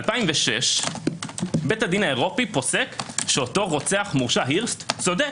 2006 בית הדין האירופי פוסק שאותו רוצח מורשע הירסט צודק,